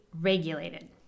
regulated